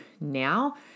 now